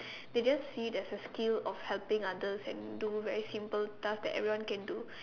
they just see there's a skill of helping others and do a very simple task that everyone can do